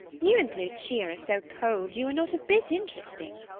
you and lucia are so cold you are not a bit interesting.